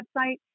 website